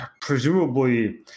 presumably